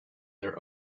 their